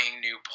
new